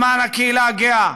למען הקהילה הגאה,